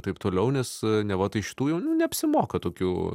taip toliau nes neva tai šitų jau neapsimoka tokių